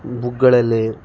ಬುಕ್ಗಳಲ್ಲಿ